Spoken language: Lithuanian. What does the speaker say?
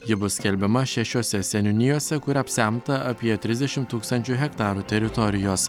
ji bus skelbiama šešiose seniūnijose kur apsemta apie trisdešimt tūkstančių hektarų teritorijos